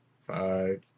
five